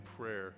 prayer